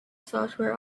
software